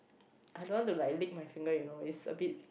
I don't want to like lip my finger you know is a bit